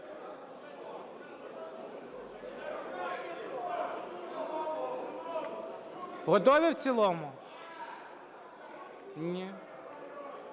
Готові в цілому? Ні.